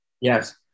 Yes